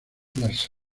las